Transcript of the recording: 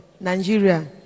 Nigeria